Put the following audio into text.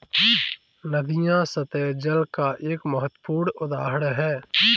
नदियां सत्तह जल का एक महत्वपूर्ण उदाहरण है